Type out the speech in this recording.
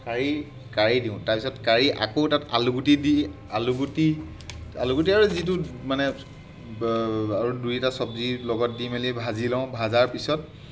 কাঢ়ি কাঢ়ি দিওঁ তাৰপছত আকৌ তাত আলুগুটি দি আলুগুটি আলুগুটি আৰু যিটো মানে আৰু দুই এটা চবজি লগত দি মেলি ভাজি লওঁ ভাজাৰ পিছত